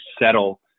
settle